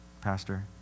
Pastor